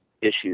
issues